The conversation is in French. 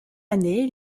année